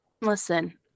Listen